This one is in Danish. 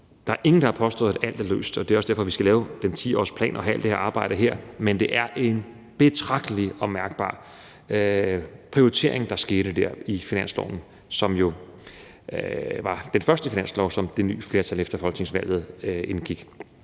Der er ingen, der har påstået, at alt er løst – det er også derfor, vi skal lave den 10-årsplan og alt det her arbejde – men det var en betragtelig og mærkbar prioritering, der skete der med finansloven, som jo var den første finanslov, som det nye flertal efter folketingsvalget indgik.